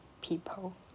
people